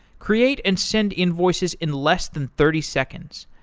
create and send invoices in less than thirty seconds.